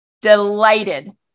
delighted